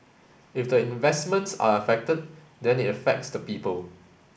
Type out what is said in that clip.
if the investments are affected then it affects the people